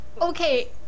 Okay